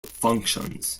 functions